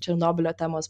černobylio temos